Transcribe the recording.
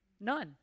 None